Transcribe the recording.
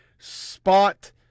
Spot